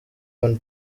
van